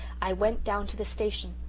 i went down to the station.